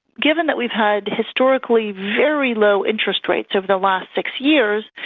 given that we've had historically very low interest rates over the last six years,